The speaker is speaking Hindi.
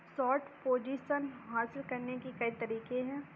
शॉर्ट पोजीशन हासिल करने के कई तरीके हैं